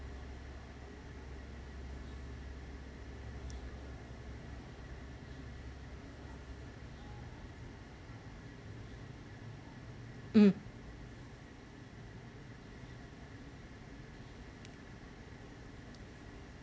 mm